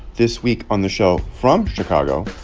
this week on the show from chicago,